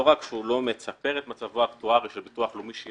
לא רק שהוא לא משפר את מצבו האקטוארי של הביטוח הלאומי,